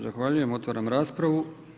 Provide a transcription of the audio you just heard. Zahvaljujem, otvaram raspravu.